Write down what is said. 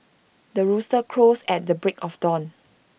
the rooster crows at the break of dawn